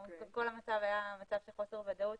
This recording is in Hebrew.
כל המצב היה מצב של חוסר ודאות.